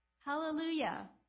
Hallelujah